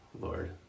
lord